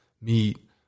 meat